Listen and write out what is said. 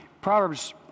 Proverbs